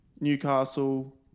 Newcastle